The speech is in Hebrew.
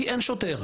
כי אין שוטר.